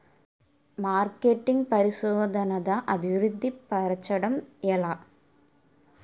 marketing పరిశోధనదా అభివృద్ధి పరచడం ఎలా